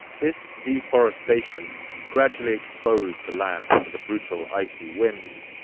this deforestation gradually exposed the land to the brutal icy winds,